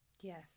yes